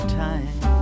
time